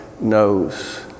knows